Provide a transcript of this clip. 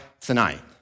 tonight